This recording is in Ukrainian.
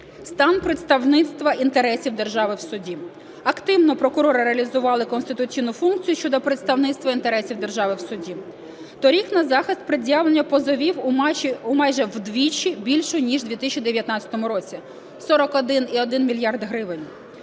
Стан представництва інтересів держави в суді. Активно прокурори реалізували конституційну функцію щодо представництва інтересів держави в суді. Торік на захист пред'явлено позовів майже вдвічі більше ніж в 2019 році – 41,1 мільярд гривень.